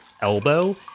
elbow